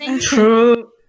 True